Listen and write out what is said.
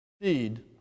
feed